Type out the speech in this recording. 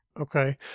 Okay